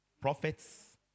Prophets